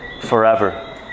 forever